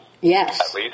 Yes